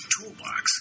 Toolbox